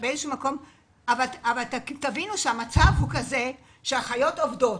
אני רוצה שתבינו שהאחיות עובדות.